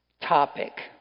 topic